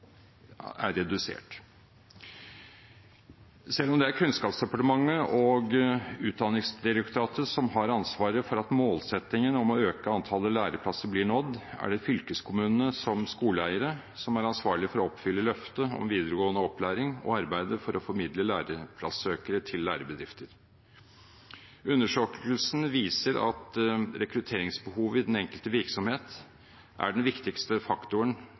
redusert. Selv om det er Kunnskapsdepartementet og Utdanningsdirektoratet som har ansvaret for at målsettingen om å øke antallet læreplasser blir nådd, er det fylkeskommunene som skoleeiere som er ansvarlig for å oppfylle løftet om videregående opplæring og arbeide for å formidle læreplassøkere til lærebedrifter. Undersøkelsen viser at rekrutteringsbehovet i den enkelte virksomhet er den viktigste faktoren